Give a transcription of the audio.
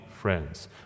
friends